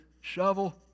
Shovel